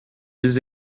les